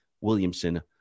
Williamson